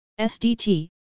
SDT